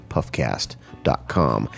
PuffCast.com